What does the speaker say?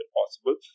possible